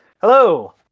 hello